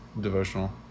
devotional